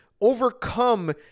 overcome